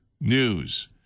news